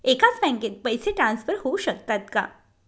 एकाच बँकेत पैसे ट्रान्सफर होऊ शकतात का?